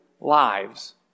lives